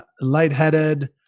lightheaded